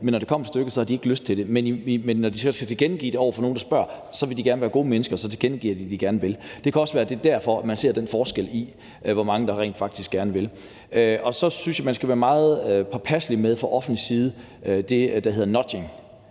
men når det kommer til stykket, har de ikke lyst til det. Men når de så skal tilkendegive det over for nogen, der spørger, vil de gerne være gode mennesker, og så tilkendegiver de, at de gerne vil. Det kan også være, at det er derfor, at man ser den forskel, der er på, hvor mange der rent faktisk gerne vil. Og så synes jeg, man fra offentlig side skal være meget påpasselig med det, der hedder nudging,